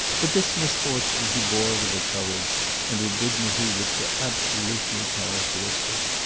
but this misfortune he bore with a courage and a dignity which were absolutely characteristic.